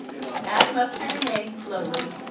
add mustard and egg slowly,